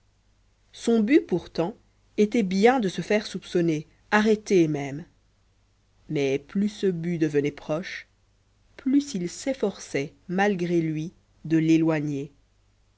son but pourtant était bien de se faire soupçonner arrêter même mais plus ce but devenait proche plus il s'efforçait malgré lui de l'éloigner